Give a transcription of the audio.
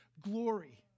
glory